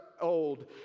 old